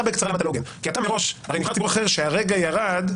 נבחר ציבור אחר שהרגע ירד,